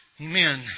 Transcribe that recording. Amen